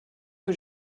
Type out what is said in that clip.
que